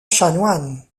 chanoine